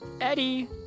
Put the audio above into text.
Eddie